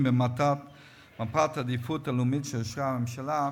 במפת העדיפות הלאומית שאושרה בממשלה,